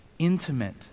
intimate